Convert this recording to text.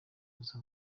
kuza